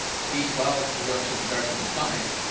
b twelve absorption starts in the stomach,